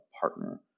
partner